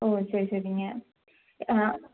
ஓ சரி சரிங்க